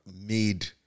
made